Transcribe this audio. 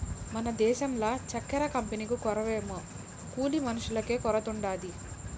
మన దేశంల చక్కెర కంపెనీకు కొరవేమో కూలి మనుషులకే కొరతుండాది